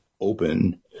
open